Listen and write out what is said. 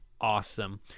awesome